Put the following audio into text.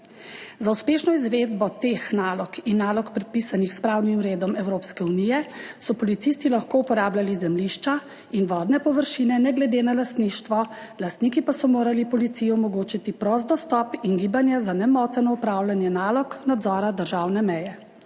Za uspešno izvedbo teh nalog in nalog, predpisanih s pravnim redom Evropske unije, so policisti lahko uporabljali zemljišča in vodne površine ne glede na lastništvo, lastniki pa so morali policiji omogočiti prost dostop in gibanje za nemoteno opravljanje nalog nadzora državne meje.